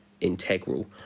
integral